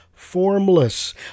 Formless